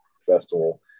festival